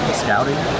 scouting